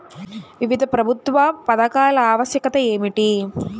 వివిధ ప్రభుత్వా పథకాల ఆవశ్యకత ఏమిటి?